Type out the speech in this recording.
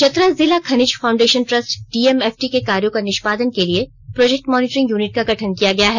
चतरा जिला खनिज foundation trust DMFT के कार्यो का निष्पादन के लिए प्रोजेक्ट मोनीटरिंग यूनिट का गठन किया गया है